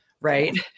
right